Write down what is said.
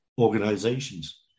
organizations